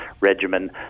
regimen